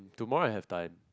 tomorrow I have time